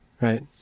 right